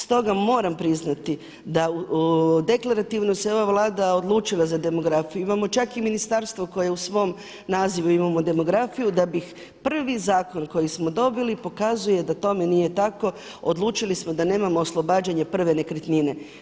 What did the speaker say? Stoga moram priznati da deklarativno se ova Vlada odlučila za demografiju, imamo čak i ministarstvo koje u svom nazivu imamo demografiju da bi prvi zakon koji smo dobili pokazuje da tome nije tako, odlučili smo da nemamo oslobađanje prve nekretnine.